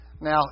Now